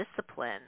discipline